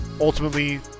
ultimately